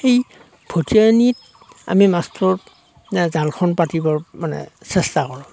এই ভটিয়নিত আমি মাছটোত জালখন পাতিবৰ মানে চেষ্টা কৰোঁ